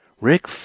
Rick